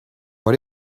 what